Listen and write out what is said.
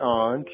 on